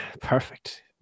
Perfect